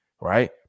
Right